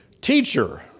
Teacher